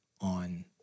on